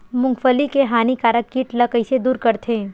मूंगफली के हानिकारक कीट ला कइसे दूर करथे?